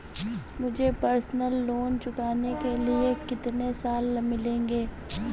मुझे personal loan चुकाने के लिए कितने साल मिलेंगे?